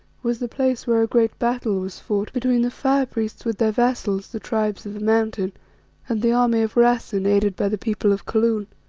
was the place where a great battle was fought between the fire-priests with their vassals, the tribes of the mountain and the army of rassen aided by the people of kaloon.